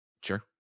Sure